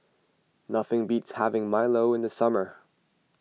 nothing beats having Milo in the summer